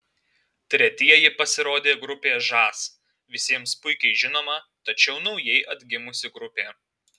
tretieji pasirodė grupė žas visiems puikiai žinoma tačiau naujai atgimusi grupė